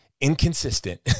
inconsistent